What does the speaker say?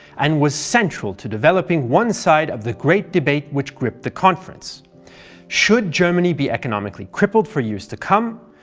and was central to developing one side of the great debate which gripped the conference should germany be economically crippled for years to come,